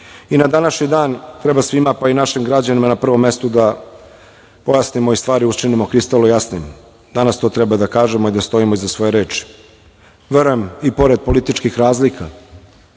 današnji dan treba svima, pa i našim građanima, na prvom mestu da pojasnimo i stvari učinimo kristalno jasnim, danas to treba da kažemo i da stojimo iza svoje reči. Verujem, i pored političkih razlika,